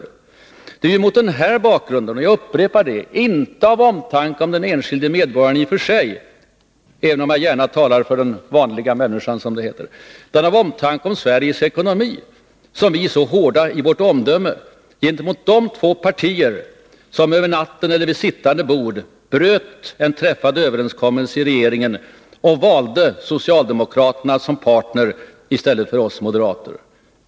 Jag upprepar att det är mot denna bakgrund — inte av omtanke om den enskilde medborgaren i och för sig, även om jag gärna talar för den vanliga människan, som det heter, utan av omtanke om Sveriges ekonomi — som vi är så hårda i vårt omdöme gentemot de två partier som över natten, eller ”vid sittande bord”, bröt en i regeringen träffad överenskommelse och valde socialdemokraterna som partner i stället för oss moderater.